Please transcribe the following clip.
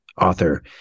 author